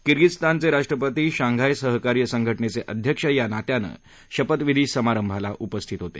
किर्गिजस्तानचे राष्ट्रपती शंघाय सहकार्य संघटनेचे अध्यक्ष या नात्यानं शपथविधी समारंभाला उपस्थित होते